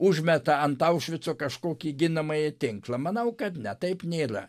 užmeta ant aušvico kažkokį ginamąjį tinklą manau kad ne taip nėra